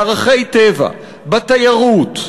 בערכי טבע, בתיירות,